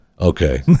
Okay